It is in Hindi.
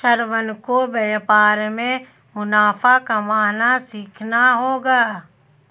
श्रवण को व्यापार में मुनाफा कमाना सीखना होगा